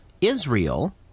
Israel